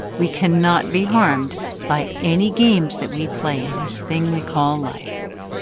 we cannot be harmed by any games that we play in this thing we call life.